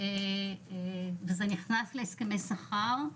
וזה נכנס להסכמי שכר,